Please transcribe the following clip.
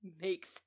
makes